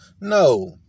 No